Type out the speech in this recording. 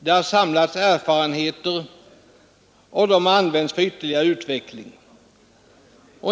De har samlat erfarenheter, som har använts för ytterligare utveckling.